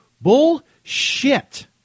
Bullshit